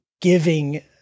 giving